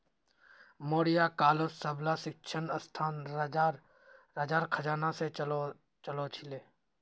मौर्य कालत सबला शिक्षणसंस्थान राजार खजाना से चलअ छीले